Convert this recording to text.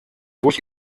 durch